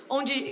Onde